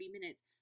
minutes